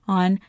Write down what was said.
on